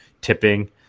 tipping